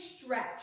stretch